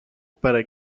para